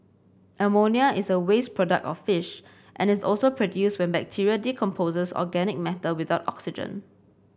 ammonia is a waste product of fish and is also produced when bacteria decomposes organic matter without oxygen